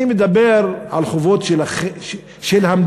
אני מדבר על חובות של המדינה,